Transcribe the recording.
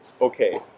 okay